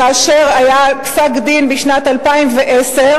כאשר היה פסק-דין בשנת 2010,